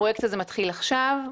הפרויקט הזה מתחיל עכשיו,